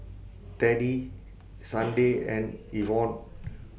Teddie Sunday and Evon